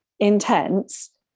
intense